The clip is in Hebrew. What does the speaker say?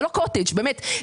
זה לא קוטג', באמת.